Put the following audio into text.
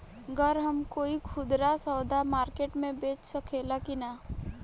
गर हम कोई खुदरा सवदा मारकेट मे बेच सखेला कि न?